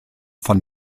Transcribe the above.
von